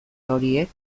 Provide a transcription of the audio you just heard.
horiek